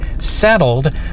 settled